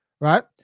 right